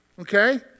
Okay